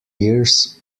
years